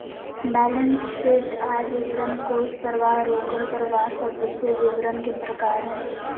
balance sheet, आय विवरण, कोष परवाह, रोकड़ परवाह सब वित्तीय विवरण के प्रकार हय